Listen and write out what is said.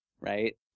Right